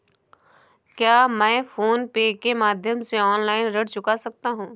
क्या मैं फोन पे के माध्यम से ऑनलाइन ऋण चुका सकता हूँ?